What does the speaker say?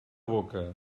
boca